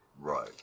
right